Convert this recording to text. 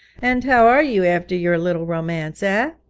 and how are you after your little romance, ah?